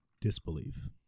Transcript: disbelief